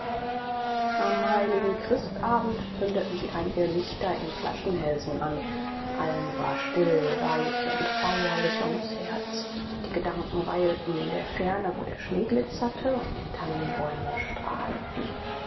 am heiligen christabend zündeten sie einige lichter in flaschenhälsen an allen war still weich und feierlich ums herz die gedanken weilten in der ferne wo der schnee glitzerte und die tannenbäume strahlten